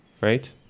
right